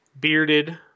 bearded